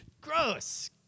Gross